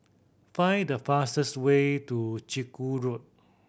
find the fastest way to Chiku Road